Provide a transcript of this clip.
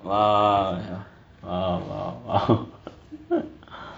!wah! err !wow! !wow! !wow!